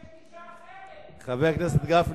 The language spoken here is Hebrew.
שיש גישה אחרת, חבר הכנסת גפני.